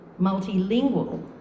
multilingual